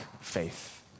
faith